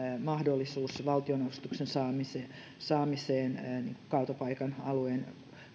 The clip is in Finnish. mahdollisuutta valtionavustuksen saamiseen saamiseen kaatopaikan alueen